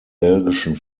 belgischen